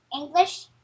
English